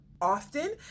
often